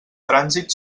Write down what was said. trànsit